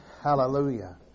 Hallelujah